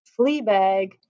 Fleabag